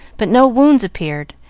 but no wounds appeared,